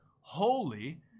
holy